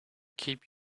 keep